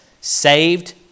saved